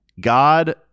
God